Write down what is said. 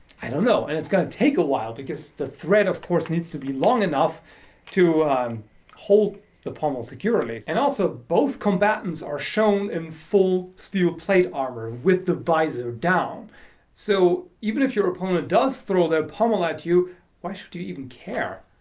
i don't know. and it's going to take a while because the thread of course needs to be long enough to hold the pommel securely and also both combatants are shown in full steel plate armour with the visor down so even if your opponent does throw their pommel at you why should you even care?